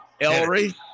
Ellery